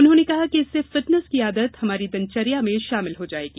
उन्होंने कहा कि इससे फिटनेस की आदत हमारी दिनचर्या में शामिल हो जायेगी